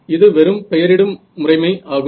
இது வெறும் பெயரிடும் முறையை ஆகும்